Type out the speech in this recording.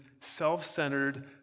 self-centered